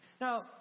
Now